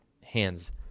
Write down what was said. hands